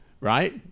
right